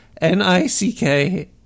N-I-C-K